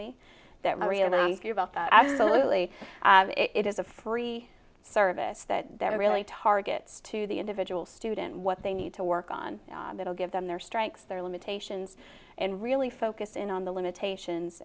about that absolutely it is a free service that they're really targets to the individual student what they need to work on that will give them their strengths their limitations and really focus in on the limitations